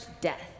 death